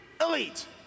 Elite